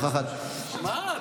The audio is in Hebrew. אינה נוכחת,